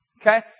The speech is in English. Okay